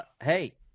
Hey